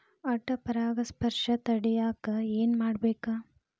ಅಡ್ಡ ಪರಾಗಸ್ಪರ್ಶ ತಡ್ಯಾಕ ಏನ್ ಮಾಡ್ಬೇಕ್?